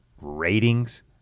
ratings